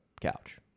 couch